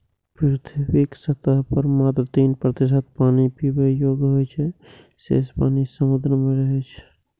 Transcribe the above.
पृथ्वीक सतह पर मात्र तीन प्रतिशत पानि पीबै योग्य होइ छै, शेष पानि समुद्र मे रहै छै